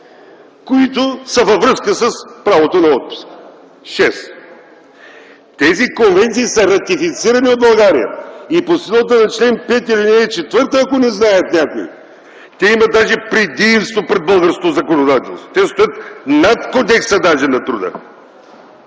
които са във връзка с правото на отпуска. Тези конвенции са ратифицирани от България и по силата на чл. 5, ал. 4, ако не знаят някои, те имат даже предимство пред българското законодателство, те стоят над Кодекса на труда.